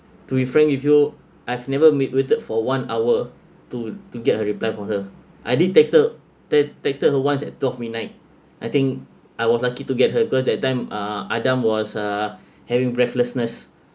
to be frank with you I've never made waited for one hour to to get a reply from her I did text her the te~ text her once at twelve midnight I think I was lucky to get her cause that time uh adam was uh having breathlessness